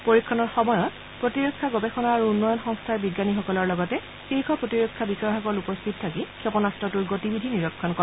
পৰীক্ষণৰ সময়ত প্ৰতিৰক্ষা গৱেষণা আৰু উন্নয়ন সংস্থাৰ বিজ্ঞানীসকলৰ লগতে শীৰ্ষ প্ৰতিৰক্ষা বিষয়াসকল উপস্থিত থাকি ক্ষেপণাস্ত্ৰটোৰ গতিবিধি নিৰীক্ষণ কৰে